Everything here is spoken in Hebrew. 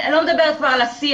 אני לא מדברת כבר על השיח.